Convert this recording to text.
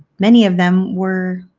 many of them were,